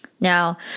Now